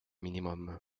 minimum